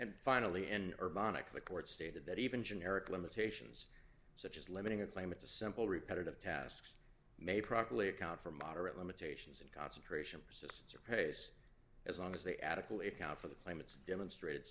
and finally and or monica the court stated that even generic limitations such as limiting a claimant a simple repetitive tasks may properly account for moderate limitations and concentration persistence or pace as long as they adequately account for the climate's demonstrated